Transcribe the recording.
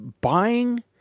buying